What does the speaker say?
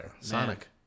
Sonic